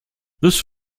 this